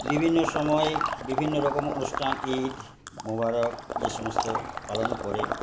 বিভিন্ন সময়ে বিভিন্ন রকম অনুষ্ঠান ঈদ মোবারক যে সমস্ত পালন করে